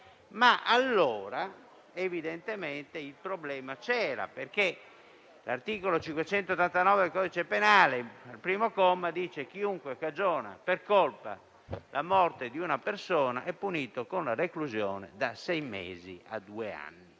ma allora evidentemente il problema c'era. L'articolo 589 del codice penale, al primo comma, afferma che «chiunque cagiona per colpa la morte di una persona è punito con la reclusione da sei mesi a cinque anni».